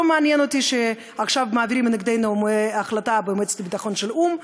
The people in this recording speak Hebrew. לא מעניין אותי שעכשיו מעבירים נגדנו החלטה במועצת הביטחון של האו"ם.